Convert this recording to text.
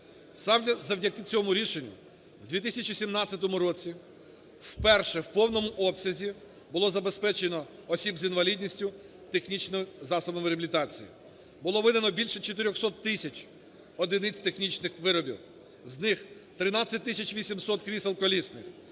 завдяки цьому рішенню в 2017 році вперше в повному обсязі було забезпечено осіб з інвалідністю технічними засобами реабілітації. Було видано більше 400 тисяч одиниць технічних виробів, з них 13 тисяч 800 крісел колісних,